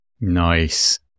Nice